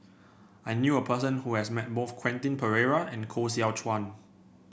I knew a person who has met both Quentin Pereira and Koh Seow Chuan